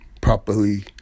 properly